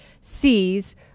c's